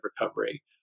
recovery